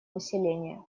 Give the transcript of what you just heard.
населения